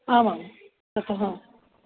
आमां ततः